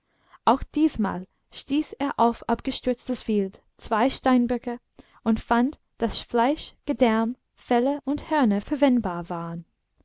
auch diesmal stieß er auf abgestürztes wild zwei steinböcke und fand daß fleisch gedärm felle und hörner verwendbar waren